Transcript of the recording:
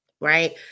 right